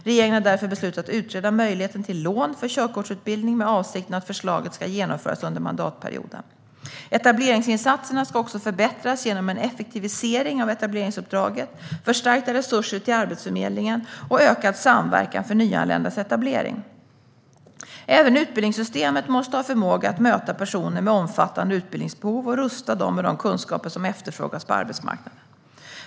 Regeringen har därför beslutat att utreda möjligheten till lån för körkortsutbildning med avsikten att förslaget ska genomföras under mandatperioden. Etableringsinsatserna ska också förbättras genom en effektivisering av etableringsuppdraget, förstärkta resurser till Arbetsförmedlingen och ökad samverkan för nyanländas etablering. Även utbildningssystemet måste ha förmåga att möta personer med omfattande utbildningsbehov och rusta dem med de kunskaper som efterfrågas på arbetsmarknaden.